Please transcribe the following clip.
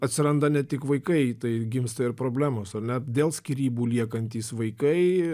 atsiranda ne tik vaikai tai gimsta ir problemos ar ne dėl skyrybų liekantys vaikai